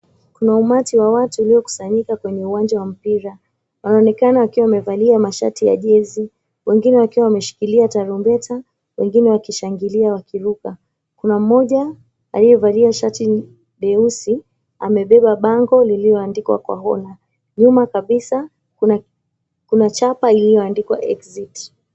Kuna umati wa watu uliokusanyika kwenye uwanja wa mpira wanaonekana wakiwa wamevalia mashati ya jezi wengine wakiwa wameshikilia tarumbeta na wengine wakishangilia wakiruka, kuna mmoja aliyevalia shati nyeusi amebeba bango lililoandikwa kwa hola nyuma kabisa kuna chapa lililoandikwa, "Exit."